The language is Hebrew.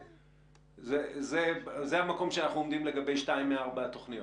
זה המקום שאנחנו עומדים לגבי שתיים מארבע התוכניות.